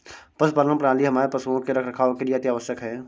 पशुपालन प्रणाली हमारे पशुओं के रखरखाव के लिए अति आवश्यक है